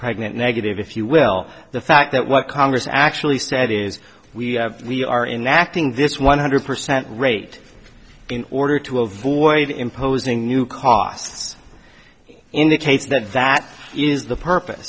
pregnant negative if you will the fact that what congress actually said is we have we are in acting this one hundred percent rate in order to avoid imposing new costs in the case that that is the purpose